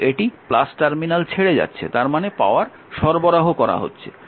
কিন্তু এটি টার্মিনাল ছেড়ে যাচ্ছে তার মানে পাওয়ার সরবরাহ করা হচ্ছে